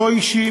לא אישי,